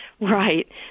Right